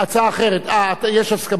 לא, הצעה אחרת צריכה להיות מהצד.